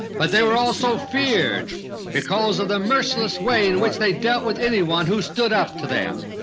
but they were also feared because of the merciless way in which they dealt with anyone who stood up to them.